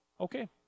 okay